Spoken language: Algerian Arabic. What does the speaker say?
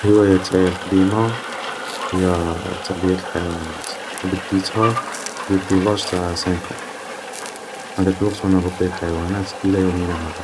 الهواية تاعي لقديمة هي تربية الحياوانات و بديتها دوبوي لاج تاع سانك اون, و منهداك الوقت و انا نربي الحيوانات الى يومنا هذا